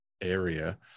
area